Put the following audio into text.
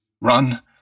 run